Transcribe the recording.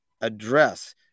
address